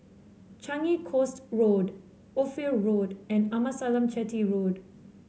Changi Coast Road Ophir Road and Amasalam Chetty Road